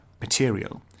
material